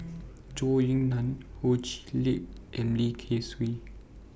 Zhou Ying NAN Ho Chee Lick and Lim Kay Siu